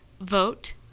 Vote